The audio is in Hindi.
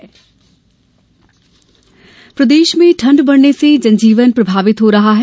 मौसम प्रदेश में ठंड बढ़ने से जनजीवन प्रभावित हो रहा है